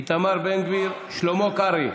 איתמר בן גביר, שלמה קרעי,